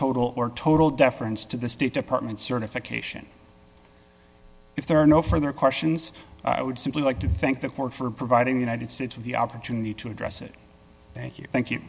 total or total deference to the state department certification if there are no further questions i would simply like to thank the court for providing the united states with the opportunity to address it thank you thank you